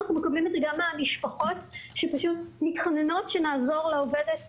אנחנו מקבלים גם מהמשפחות שפשוט מתחננות שנעזור לעובדת